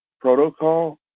protocol